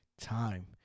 time